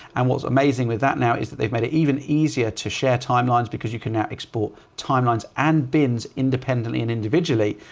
and what's amazing with that now is that they've made it even easier to share timelines because you can now export timelines and bins independently and individually,